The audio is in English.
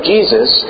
Jesus